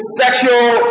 sexual